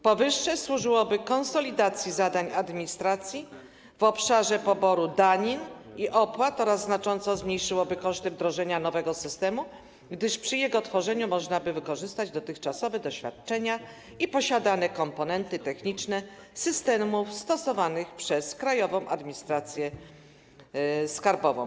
Powyższe służyłoby konsolidacji zadań administracji w obszarze poboru danin i opłat oraz znacząco zmniejszyłoby koszty wdrożenia nowego systemu, gdyż przy jego tworzeniu można by wykorzystać dotychczasowe doświadczenia i posiadane komponenty techniczne systemów stosowanych przez Krajową Administrację Skarbową.